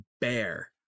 bear